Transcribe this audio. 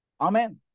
Amen